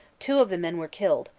two of the men were killed,